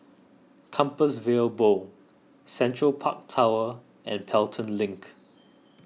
Compassvale Bow Central Park Tower and Pelton Link